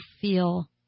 feel